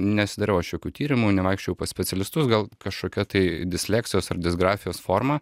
nesidariau aš jokių tyrimų nevaikščiojau pas specialistus gal kažkokia tai disleksijos ar disgrafijos forma